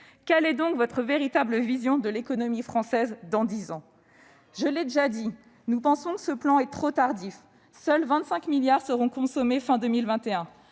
Quelle est donc votre véritable vision de l'économie française dans dix ans ? Il n'y en a pas ! Je l'ai déjà dit, nous pensons que ce plan est trop tardif. Seuls 25 milliards d'euros seront consommés fin 2021